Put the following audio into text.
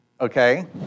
Okay